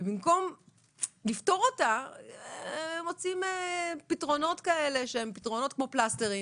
ובמקום לפתור אותה מוצאים פתרונות כאלה שהם כמו פלסטרים.